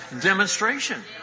Demonstration